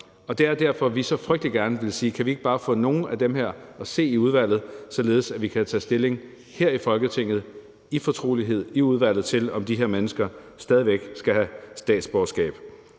Det er derfor, vi så frygtelig gerne vil sige: Kan vi ikke bare få nogle af dem her at se i udvalget, således at vi kan tage stilling her i Folketinget i fortrolighed i udvalget til, om de her mennesker stadig væk skal have statsborgerskab.